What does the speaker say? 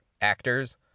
actors